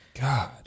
god